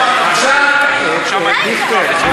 אתה יכול לענות מה